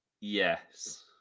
Yes